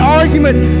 arguments